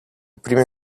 prime